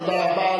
תודה רבה.